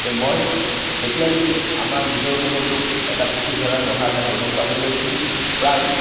তে মই এতিয়ালৈকে আমাৰ নিজৰ ঘৰতো এটা পুথিভঁৰাল ৰখাৰ কাৰণে ব্যৱস্থা কৰি আহিছিলো প্ৰায়